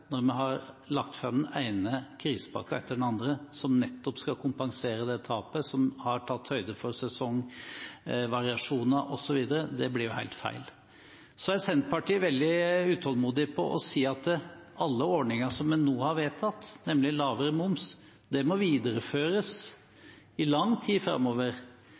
når vi har lagt fram den ene krisepakken etter den andre, som nettopp skal kompensere det tapet, og som har tatt høyde for sesongvariasjoner osv., blir jo helt feil. Senterpartiet er veldig utålmodige på å si at ordningen vi nå har vedtatt, nemlig lavere moms, må videreføres i lang tid framover.